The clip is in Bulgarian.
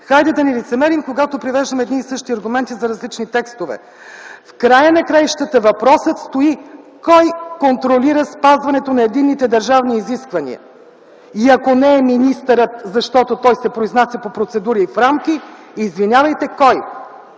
Хайде да не лицемерим, когато привеждаме едни и същи аргументи за различни текстове. В края на краищата въпросът стои: кой контролира спазването на единните държавни изисквания? И ако не е министърът, защото той се произнася по процедури и в рамки, извинявайте, кой?